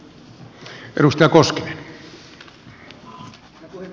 herra puhemies